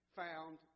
found